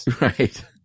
right